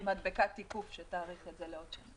שהיא מדבקת תיקוף שתאריך את זה לעוד שנה.